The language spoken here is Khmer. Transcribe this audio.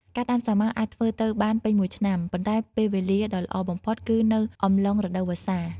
ការដាំសាវម៉ាវអាចធ្វើទៅបានពេញមួយឆ្នាំ ប៉ុន្តែពេលវេលាដ៏ល្អបំផុតគឺនៅអំឡុងរដូវវស្សា។